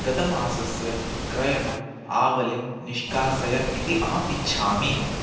गतमासस्य क्रयणम् आवलिं निष्कासय इति अहम् इच्छामि